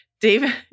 David